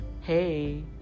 Hey